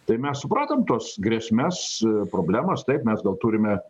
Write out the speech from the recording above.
tai mes supratom tuos grėsmes problemas taip mes gal turime